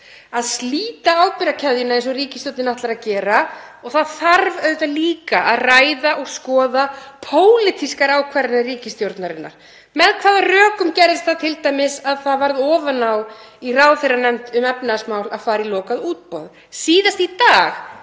að slíta ábyrgðarkeðjuna eins og ríkisstjórnin ætlar að gera og það þarf auðvitað líka að ræða og skoða pólitískar ákvarðanir ríkisstjórnarinnar. Með hvaða rökum gerðist það t.d. að það varð ofan á í ráðherranefnd um efnahagsmál að fara í lokað útboð? Síðast í dag